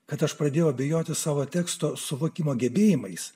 kad aš pradėjau abejoti savo teksto suvokimo gebėjimais